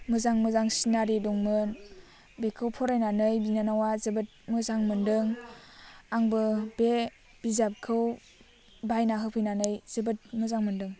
मोजां मोजां सिनारि दंमोन बेखौ फरायनानै बिनानावा जोबोद मोजां मोन्दों आंबो बे बिजाबखौ बायना होफैनानै जोबोद मोजां मोन्दों